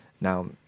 Now